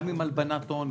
גם עם הלבנת הון,